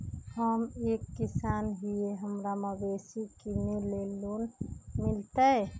हम एक किसान हिए हमरा मवेसी किनैले लोन मिलतै?